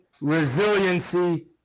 resiliency